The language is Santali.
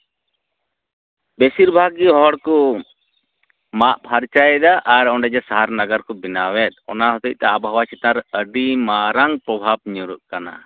ᱵᱤᱥᱤᱨ ᱵᱷᱟᱜᱽ ᱜᱮ ᱦᱚᱲ ᱠᱚ ᱢᱟᱜ ᱯᱷᱟᱨᱪᱟᱭᱮᱫᱟ ᱟᱨ ᱚᱸᱰᱮ ᱜᱮ ᱥᱟᱦᱟᱨ ᱱᱟᱜᱟᱨ ᱠᱚ ᱵᱮᱱᱟᱣᱮᱫ ᱚᱱᱟ ᱦᱚᱛᱮᱡ ᱛᱮ ᱟᱵᱦᱟᱣᱟ ᱪᱮᱛᱟᱱ ᱨᱮ ᱟᱹᱰᱤ ᱢᱟᱨᱟᱝ ᱯᱨᱚᱵᱷᱟᱵᱽ ᱧᱩᱨᱩᱜ ᱠᱟᱱᱟ